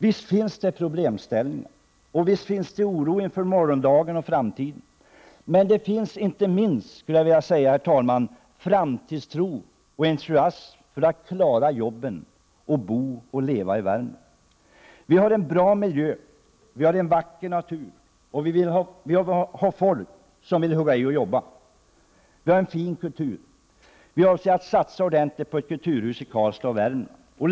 Visst finns det problemställningar, och visst finns det oro inför morgondagen och framtiden. Men det finns inte minst — skulle jag vilja säga — framtidstro och entusiasm för att klara jobben och kunna bo och leva i Värmland. Vi har en bra miljö. Vi har en vacker natur, och vi har folk som vill hugga i och jobba. Vi har en fin kultur. Vi avser att satsa ordentligt på ett kulturhus i Karlstad.